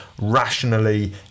rationally